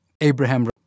Abraham